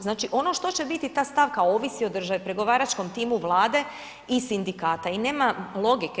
Znači ono što će biti ta stavka ovisi o državi, pregovaračkom timu Vlade i sindikata i nema logike.